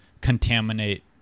contaminate